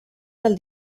del